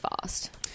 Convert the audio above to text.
fast